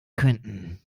könnten